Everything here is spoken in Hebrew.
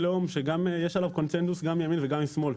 לאום שגם יש עליו קונצנזוס גם מימין וגם משמאל.